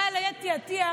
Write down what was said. באה אליי אתי עטייה